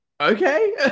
okay